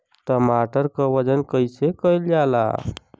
टमाटर क वजन कईसे कईल जाला?